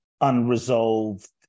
unresolved